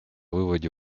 выводе